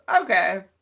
Okay